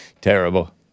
Terrible